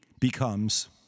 becomes